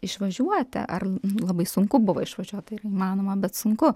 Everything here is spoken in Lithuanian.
išvažiuoti ar nu labai sunku buvo išvažiuot tai yra įmanoma bet sunku